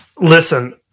Listen